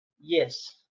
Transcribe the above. Yes